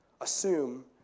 assume